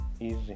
easy